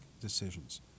decisions